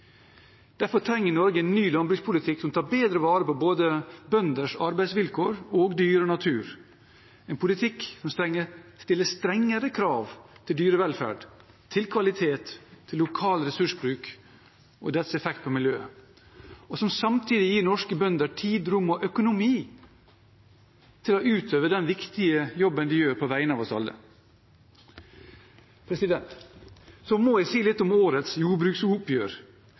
Derfor trenger Norge en ny landbrukspolitikk, som tar bedre vare på både bønders arbeidsvilkår og dyr og natur, en politikk som stiller strengere krav til dyrevelferd, til kvalitet og til lokal ressursbruk og dets effekt på miljøet, og som samtidig gir norske bønder tid, rom og økonomi til å utøve den viktige jobben de gjør på vegne av oss alle. Jeg må si litt om årets jordbruksoppgjør: